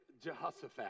Jehoshaphat